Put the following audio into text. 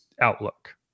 outlook